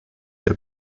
der